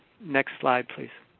next slide, please.